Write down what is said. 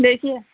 देखिए